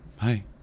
Hi